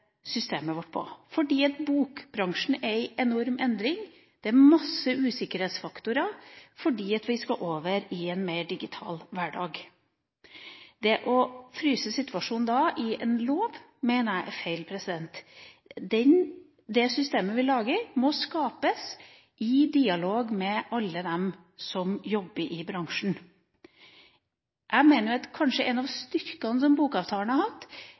systemet vårt på. Fordi bokbransjen er i enorm endring. Det er mange usikkerhetsfaktorer fordi vi skal over i en mer digital hverdag. Det å fryse situasjonen i en lov mener jeg er feil. Det systemet vi lager, må skapes i dialog med alle dem som jobber i bransjen. Bokavtalens styrke har nettopp vært solidariteten mellom bokhandlere, forlag, forfattere og politikere, der man setter seg ned sammen og lager et avtaleverk som skal bidra til at